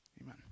amen